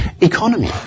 economy